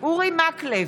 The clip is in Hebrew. אורי מקלב,